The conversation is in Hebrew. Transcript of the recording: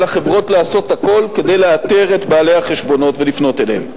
על החברות לעשות הכול כדי לאתר את בעלי החשבונות ולפנות אליהם.